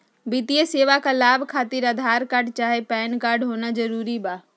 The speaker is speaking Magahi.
वित्तीय सेवाएं का लाभ खातिर आधार कार्ड चाहे पैन कार्ड होना जरूरी बा?